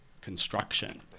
construction